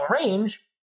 range